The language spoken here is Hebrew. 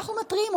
אנחנו מתריעים.